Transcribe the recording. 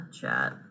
chat